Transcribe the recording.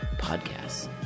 Podcasts